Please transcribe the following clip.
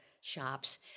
shops